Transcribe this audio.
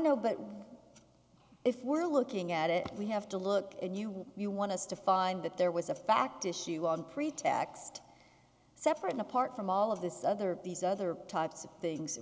know but if we're looking at it we have to look new we want to find that there was a fact issue on pretext separate and apart from all of this other these other types of things